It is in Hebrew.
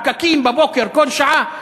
הפקקים בבוקר כל שעה,